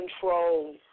control